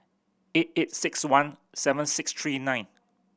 eight eight six one seven six three nine